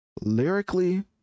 lyrically